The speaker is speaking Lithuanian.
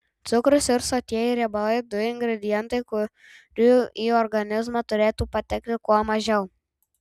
cukrus ir sotieji riebalai du ingredientai kurių į organizmą turėtų patekti kuo mažiau